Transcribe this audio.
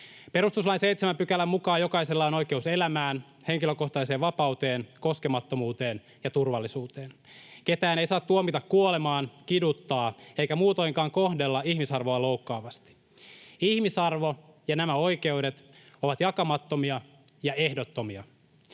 Perustuslain 7 §:n mukaan jokaisella on oikeus elämään, henkilökohtaiseen vapauteen, koskemattomuuteen ja turvallisuuteen. Ketään ei saa tuomita kuolemaan, kiduttaa eikä muutoinkaan kohdella ihmisarvoa loukkaavasti. Ihmisarvo ja nämä oikeudet ovat jakamattomia ja ehdottomia.